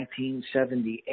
1978